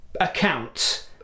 account